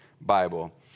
Bible